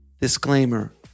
Disclaimer